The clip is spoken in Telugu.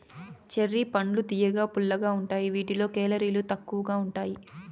చెర్రీ పండ్లు తియ్యగా, పుల్లగా ఉంటాయి వీటిలో కేలరీలు తక్కువగా ఉంటాయి